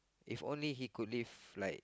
if only he could live like